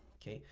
okay?